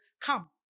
come